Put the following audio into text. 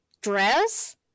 dress